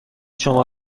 شما